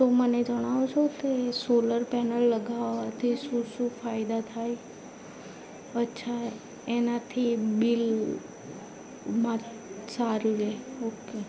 તો મને જણાવશો કે સોલર પેનલ લગાવાથી શું શું ફાયદા થાય અચ્છા એનાથી બિલમાં સારું રહે ઓકે